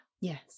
Yes